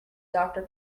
doctor